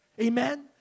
Amen